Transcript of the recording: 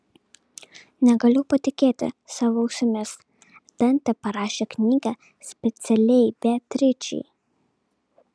negaliu patikėti savo ausimis dantė parašė knygą specialiai beatričei